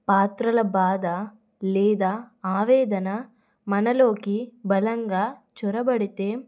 పాత్రల బాధ లేదా ఆవేదన మనలోకి బలంగా చొరబడితే